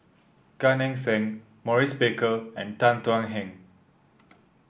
Gan Eng Seng Maurice Baker and Tan Thuan Heng